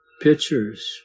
pictures